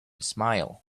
smile